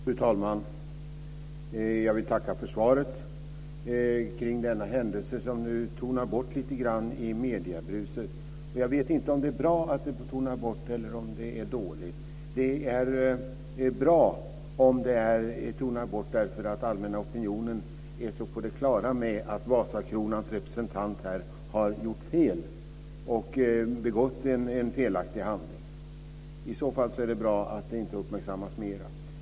Fru talman! Jag vill tacka för svaret. Denna händelse tonar nu bort lite grann i mediebruset. Jag vet inte om det är bra att den tonar bort eller om det är dåligt. Det är bra om den tonar bort därför att den allmänna opinionen är så på det klara med att Vasakronans representant har gjort fel och begått en felaktig handling. I så fall är det bra att den inte uppmärksammas mer.